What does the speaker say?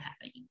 happening